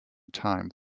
time